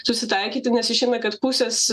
susitaikyti nes išeina kad pusės